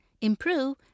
Improve